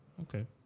Okay